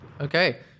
Okay